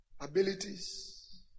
abilities